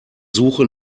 suche